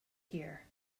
here